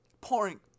pouring